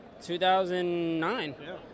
2009